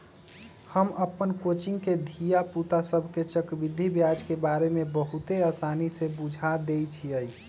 हम अप्पन कोचिंग के धिया पुता सभके चक्रवृद्धि ब्याज के बारे में बहुते आसानी से बुझा देइछियइ